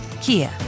Kia